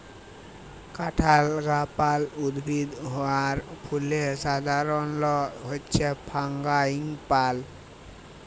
কাঠগলাপ উদ্ভিদ আর ফুলের সাধারণলনাম হচ্যে ফারাঙ্গিপালি